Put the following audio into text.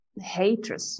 hatred